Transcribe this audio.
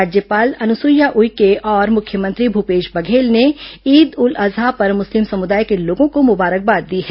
राज्यपाल अनुसुईया उइके और मुख्यमंत्री भूपेश बघेल ने ईद उल अजहा पर मुस्लिम समुदाय के लोगों को मुबारकबाद दी हैं